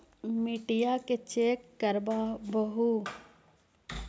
मिट्टीया के चेक करबाबहू?